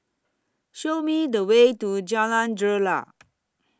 Show Me The Way to Jalan Greja